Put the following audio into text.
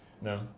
no